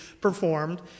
performed